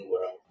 world